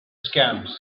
scams